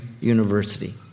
university